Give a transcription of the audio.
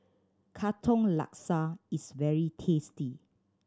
Katong Laksa is very tasty